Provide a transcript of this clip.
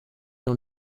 dans